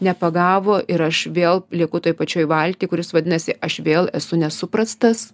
nepagavo ir aš vėl lieku toj pačioj valty kuris vadinasi aš vėl esu nesuprastas